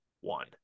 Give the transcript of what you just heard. one